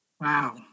Wow